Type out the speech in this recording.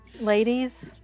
ladies